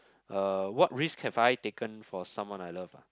uh what risk have I taken for someone I love ah